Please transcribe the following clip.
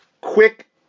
quick